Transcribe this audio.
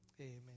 Amen